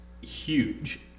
huge